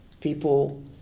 People